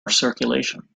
circulation